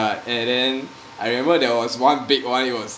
and then I remember there was one big it was